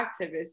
activists